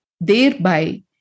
thereby